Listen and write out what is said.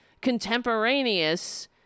contemporaneous